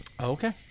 Okay